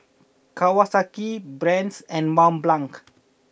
Kawasaki Brand's and Mont Blanc